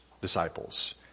disciples